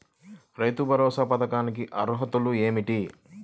రైతు భరోసా పథకానికి అర్హతలు ఏమిటీ?